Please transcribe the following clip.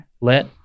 let